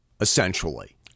Essentially